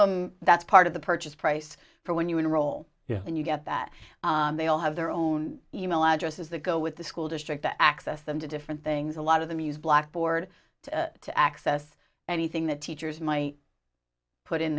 them that's part of the purchase price for when you enroll you and you get that they all have their own e mail addresses that go with the school district to access them to different things a lot of them use blackboard to access anything that teachers my put in